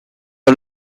are